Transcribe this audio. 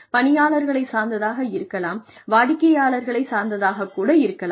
பணியாளர்களைச் சார்ந்ததாக இருக்கலாம் வாடிக்கையாளர்களை சார்ந்ததாகக் கூட இருக்கலாம்